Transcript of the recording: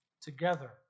together